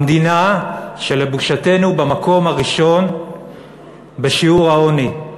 המדינה, שלבושתנו, במקום הראשון בשיעור העוני.